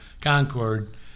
Concord